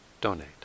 donate